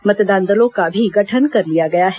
मतदान दलों का भी गठन कर लिया गया है